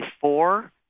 four